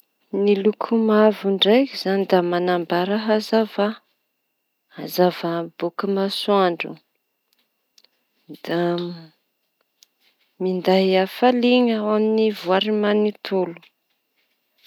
Ny loko mavo ndraiky izañy d manambara hazava boaka amy masoandro da minday hafalia ho any voary tontolo.